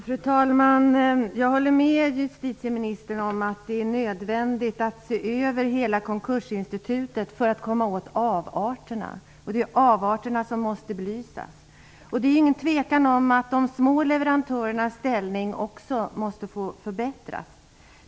Fru talman! Jag håller med justitieministern om att det är nödvändigt att se över hela konkursinstitutet för att komma åt avarterna. Det är avarterna som måste belysas. Det är inget tvivel om att de små leverantörernas ställning också måste förbättras.